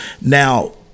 Now